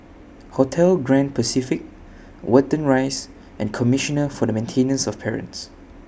Hotel Grand Pacific Watten Rise and Commissioner For The Maintenance of Parents